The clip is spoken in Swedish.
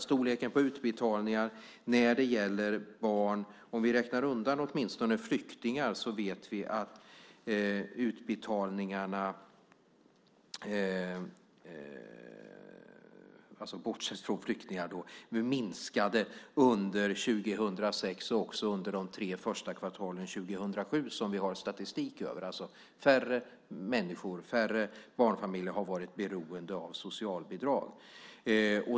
Storleken på utbetalningar när det gäller barn, bortsett från flyktingar, vet vi minskade under 2006 och också under de tre första kvartalen 2007 som vi har statistik över. Färre barnfamiljer har varit beroende av socialbidrag.